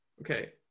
okay